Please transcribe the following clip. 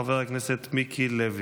חבר הכנסת מיקי לוי.